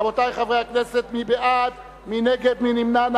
רבותי חברי הכנסת, מי בעד, מי נגד, מי נמנע?